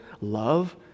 love